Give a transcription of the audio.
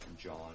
John